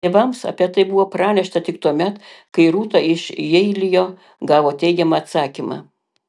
tėvams apie tai buvo pranešta tik tuomet kai rūta iš jeilio gavo teigiamą atsakymą